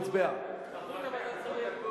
לא כתוב פה שהיא הוגשה, שהוצבעה.